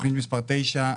תוכנית מס' 9,